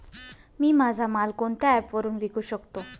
मी माझा माल कोणत्या ॲप वरुन विकू शकतो?